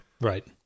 Right